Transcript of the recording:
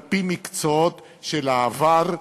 על-פי המקצועות של העבר,